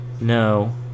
No